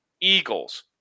Eagles